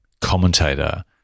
commentator